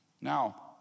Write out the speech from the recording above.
Now